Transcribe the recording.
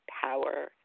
power